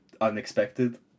unexpected